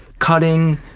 cutting?